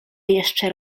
jeszcze